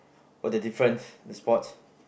what the difference the sports